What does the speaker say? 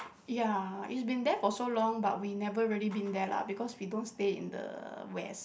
ya it's been there for so long but we never really been there lah because we don't stay in the West